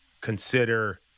consider